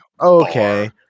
Okay